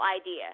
idea